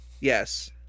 Yes